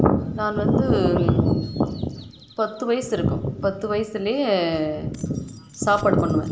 நான் வந்து பத்து வயசு இருக்கும் பத்து வயதிலே சாப்பாடு பண்ணுவேன்